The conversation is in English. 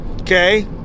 Okay